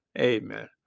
Amen